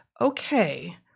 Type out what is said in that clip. okay